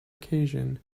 occasion